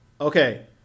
Okay